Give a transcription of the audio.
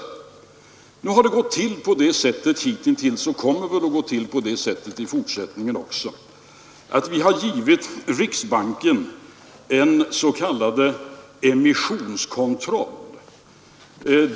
Hitintills har det gått till på det sättet och kommer väl att göra det även i fortsättningen att riksbanken utför en s.k. emissionskontroll.